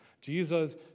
Jesus